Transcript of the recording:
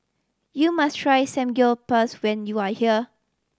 you must try Samgyeopsal when you are here